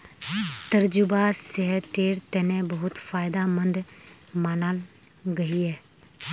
तरबूजा सेहटेर तने बहुत फायदमंद मानाल गहिये